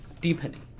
deepening